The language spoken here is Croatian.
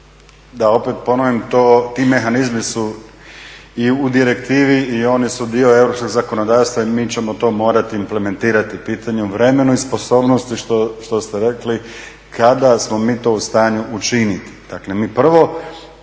Da opet ponovim, ti mehanizmi su i u direktivi i oni su dio europskog zakonodavstva i mi ćemo to morati implementirati pitanje u vremenu i sposobnosti što ste rekli kada smo mi to u stanju učiniti. Dakle mi prvo